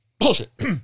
Bullshit